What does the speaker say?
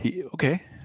Okay